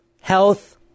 health